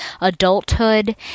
adulthood